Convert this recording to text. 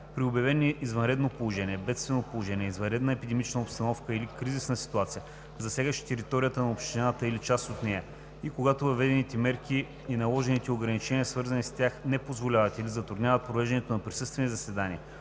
При обявени извънредно положение, бедствено положение, извънредна епидемична обстановка или кризисна ситуация, засягащи територията на общината или част от нея, и когато въведените мерки и наложените ограничения, свързани с тях, не позволяват или затрудняват провеждането на присъствени заседания,